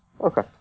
Okay